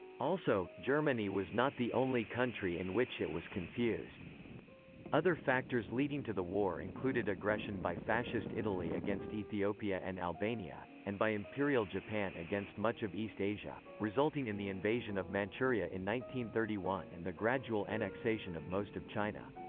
also, germany was not the only country in which it was confused other factors leading to the war included aggression by fascist italy against ethiopia and albania, and by imperial japan against much of east asia, resulting in the invasion of manchuria thirty one and the gradual annexation of most of china.